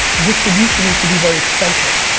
distribution used to be very expensive.